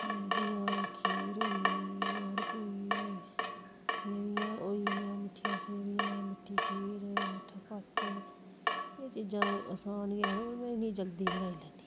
जियां खीर होई होर कोई सेमियां होई गेइयां मिट्ठियां सेमियां मिट्ठी खीर मिट्ठा भत्त एह् चीज़ां असान गै न होर में इ'नेंगी जल्दी बनाई लैन्नी